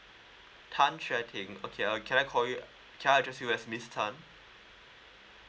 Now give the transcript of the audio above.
tan xue ting okay uh can I call you can I address you as miss tan